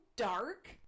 dark